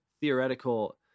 theoretical